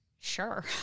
sure